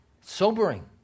sobering